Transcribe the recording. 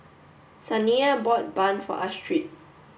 Saniya bought bun for Astrid